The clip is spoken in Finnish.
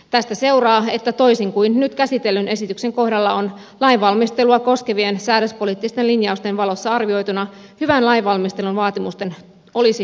tästä seuraa että toisin kuin nyt käsitellyn esityksen kohdalla on lainvalmistelua koskevien säädöspoliittisten linjausten valossa arvioituna hyvän lainvalmistelun vaatimusten olisi tullut täyttyä